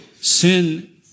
sin